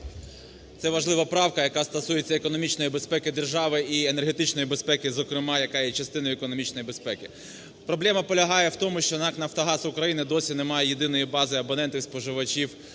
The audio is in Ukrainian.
Це важлива правка, яка стосується економічної безпеки держави і енергетичної безпеки зокрема, яка є частиною економічної безпеки. Проблема полягає у тому, що НАК "Нафтогаз України" досі не має єдиної бази абонентів-споживачів